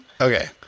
Okay